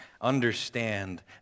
understand